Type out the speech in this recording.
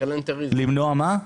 למנוע מה?